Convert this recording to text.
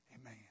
Amen